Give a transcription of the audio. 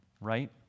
right